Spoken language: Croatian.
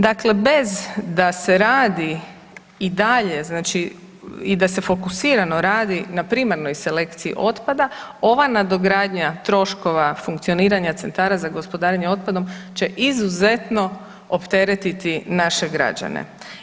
Dakle, bez da se radi i dalje i da se fokusirano radi na primarnoj selekciji otpada, ova nadogradnja troškova funkcioniranja centara za gospodarenje otpadom će izuzetno opteretiti naše građane.